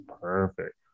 Perfect